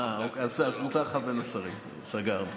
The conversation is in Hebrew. אה, אז בסדר, מותר לך בין השרים, סגרנו.